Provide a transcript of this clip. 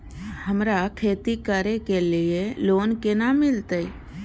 हमरा खेती करे के लिए लोन केना मिलते?